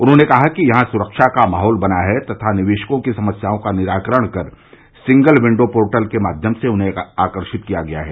उन्होंने कहा कि यहां सुरक्षा का माहौल बना है तथा निवेशकों की समस्याओं का निराकरण कर सिंगल विंडो पोर्टल के माध्यम से उन्हें आकर्षित किया गया है